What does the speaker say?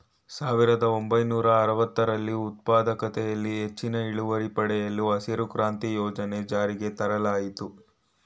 ಸಾವಿರದ ಒಂಬೈನೂರ ಅರವತ್ತರಲ್ಲಿ ಉತ್ಪಾದಕತೆಯಲ್ಲಿ ಹೆಚ್ಚಿನ ಇಳುವರಿ ಪಡೆಯಲು ಹಸಿರು ಕ್ರಾಂತಿ ಯೋಜನೆ ಜಾರಿಗೆ ತರಲಾಯಿತು